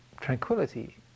tranquility